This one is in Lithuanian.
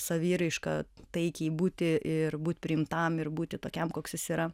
saviraišką taikiai būti ir būt priimtam ir būti tokiam koks jis yra